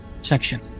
section